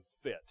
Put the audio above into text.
fit